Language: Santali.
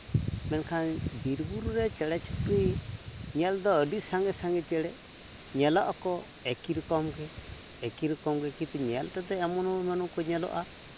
ᱢᱮᱱᱠᱷᱟᱱ ᱵᱤᱨᱼᱵᱩᱨᱩ ᱨᱮ ᱪᱮᱬᱮ ᱪᱩᱯᱬᱤ ᱧᱮᱞ ᱫᱚ ᱟᱹᱰᱤ ᱥᱟᱝᱜᱮ ᱥᱟᱝᱜᱮ ᱪᱮᱬᱮ ᱧᱮᱞᱚᱜ ᱟᱠᱚ ᱮᱠᱤ ᱨᱚᱠᱚᱢ ᱜᱮ ᱮᱠᱤ ᱨᱚᱠᱚᱢ ᱜᱮ ᱠᱤᱱᱛᱩ ᱧᱮᱞ ᱛᱮᱫᱚ ᱮᱢᱚᱱ ᱮᱢᱟᱱ ᱮᱢᱟᱱ ᱠᱚᱠᱚ ᱧᱮᱞᱚᱜᱼᱟ